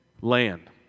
land